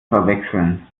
verwechseln